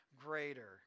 greater